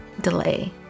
delay